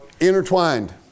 intertwined